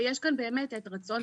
ויש כאן באמת עת רצון.